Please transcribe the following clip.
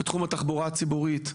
בתחום התחבורה הציבורית,